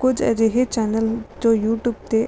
ਕੁਝ ਅਜਿਹੇ ਚੈਨਲ ਜੋ ਯੂਟਿਊਬ 'ਤੇ